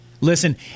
Listen